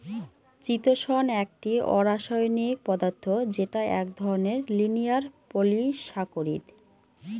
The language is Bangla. চিতোষণ একটি অরাষায়নিক পদার্থ যেটা এক ধরনের লিনিয়ার পলিসাকরীদ